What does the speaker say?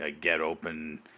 get-open